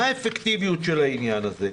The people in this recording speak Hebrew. מה האפקטיביות של העניין הזה?